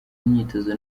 imyitozo